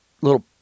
little